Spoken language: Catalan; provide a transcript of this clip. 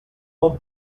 bon